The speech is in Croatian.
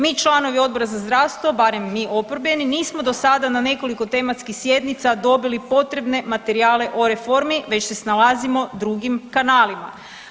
Mi članovi Odbora za zdravstvo, barem mi oporbeni nismo dosada na nekoliko tematskih sjednica dobili potrebne materijale o reformi već se snalazimo drugim kanalima.